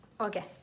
Okay